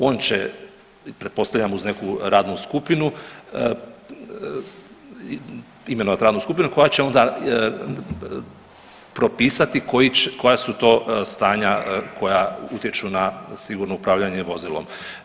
On će, pretpostavljam, uz neku radnu skupinu imenovati radnu skupinu koja će onda propisati koja su to stanja koja utječu na sigurno upravljanje vozilom.